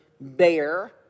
bear